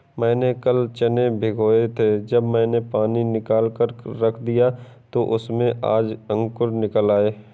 मैंने कल चने भिगोए थे जब मैंने पानी निकालकर रख दिया तो उसमें आज अंकुर निकल आए